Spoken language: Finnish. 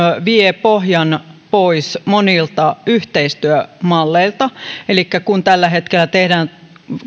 vie myöskin pohjan pois monilta yhteistyömalleilta kun tällä hetkellä tehdään